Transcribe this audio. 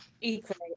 equally